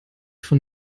von